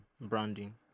branding